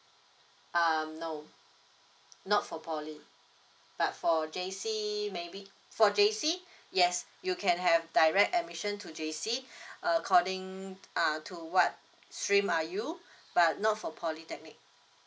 um no not for polytechnic but for J_C maybe for J_C yes you can have direct admission to J_C according uh to what stream are you but not for polytechnic